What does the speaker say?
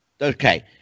Okay